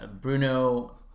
Bruno